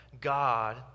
God